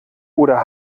oder